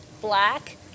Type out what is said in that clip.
black